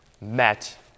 met